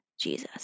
Jesus